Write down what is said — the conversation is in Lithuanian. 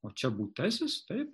o čia būtasis taip